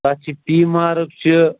تَتھ چھِ P mark چھِ